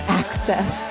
access